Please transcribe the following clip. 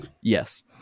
Yes